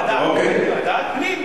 רגע, חבר הכנסת בן-ארי.